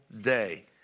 day